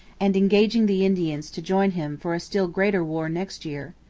and engaging the indians to join him for a still greater war next year.